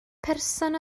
person